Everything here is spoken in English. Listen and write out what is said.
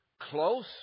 Close